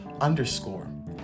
underscore